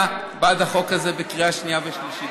בעד החוק הזה בקריאה שנייה ושלישית.